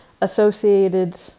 associated